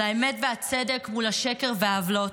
של האמת והצדק מול השקר והעוולות.